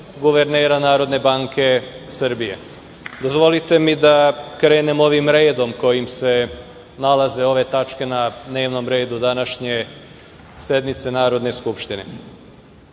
guvernera Narodne banke Srbije. Dozvolite mi da krenem ovim redom koji se nalaze ove tačke na dnevnom redu današnje sednice Narodne skupštine.